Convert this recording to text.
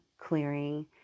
clearing